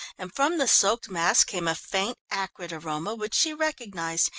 and from the soaked mass came a faint acrid aroma which she recognised,